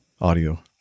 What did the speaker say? audio